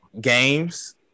games